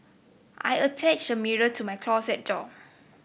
I attached a mirror to my closet door